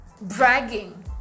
bragging